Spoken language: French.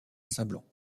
sablons